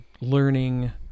learning